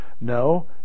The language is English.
No